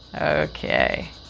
Okay